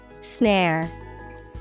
Snare